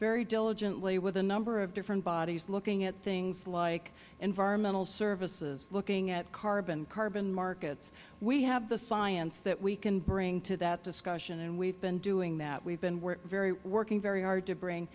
very diligently with a number of different bodies looking at things like environmental services looking at carbon carbon markets we have the science that we can bring to that discussion and we have been doing that we have been working very hard to bring